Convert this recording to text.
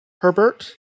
Herbert